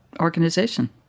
organization